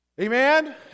Amen